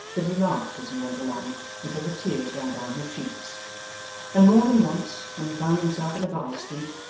that he laughed as he went along until the tears ran down his cheeks and more than once, when he found himself in a bye-street,